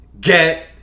get